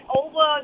over